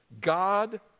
God